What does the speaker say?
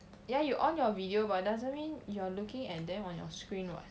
ya you on your video but doesn't mean you're looking at them on your screen [what]